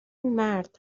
مرد